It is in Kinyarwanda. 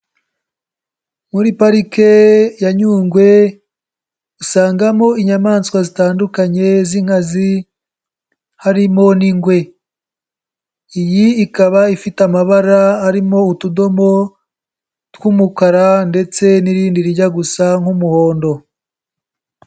Muri Parike ya Nyungwe usangamo inyamaswa zitandukanye z'inkazi harimo n'ingwe. Iyi ikaba ifite amabara arimo utudomo tw'umukara ndetse n'irindi rijya gusa nk'umuhondo.